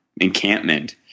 encampment